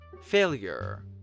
Failure